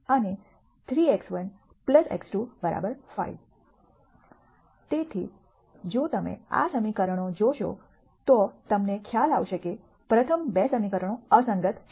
તેથી જો તમે આ સમીકરણો જોશો તો તમને ખ્યાલ આવશે કે પ્રથમ 2 સમીકરણો અસંગત છે